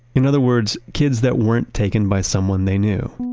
in other words, kids that weren't taken by someone they knew.